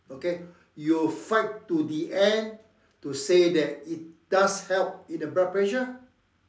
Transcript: okay you fight to the end to say that it does help in the blood pressure